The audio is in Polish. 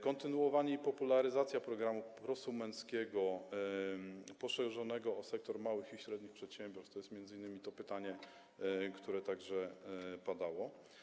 Kontynuowanie i popularyzacja programu prosumenckiego poszerzonego o sektor małych i średnich przedsiębiorstw - to odnosi się m.in. do pytania, które także padało.